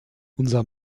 unser